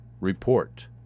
Report